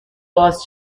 باز